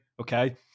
okay